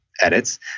edits